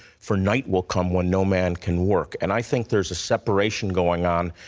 for night will come when no man can work. and i think there is a separation going on,